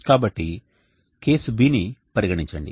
కాబట్టి కేసు Bని పరిగణించండి